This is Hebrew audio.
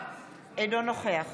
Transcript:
אינו נוכח